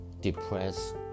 depressed